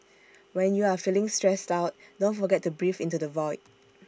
when you are feeling stressed out don't forget to breathe into the void